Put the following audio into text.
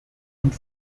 und